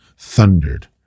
thundered